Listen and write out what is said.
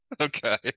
Okay